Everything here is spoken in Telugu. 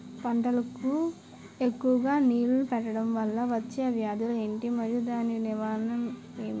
పంటలకు ఎక్కువుగా నీళ్లను పెట్టడం వలన వచ్చే వ్యాధులు ఏంటి? మరియు దాని నివారణ ఏంటి?